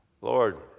Lord